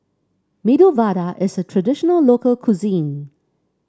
Medu Vada is a traditional local cuisine